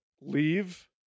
leave